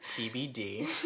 TBD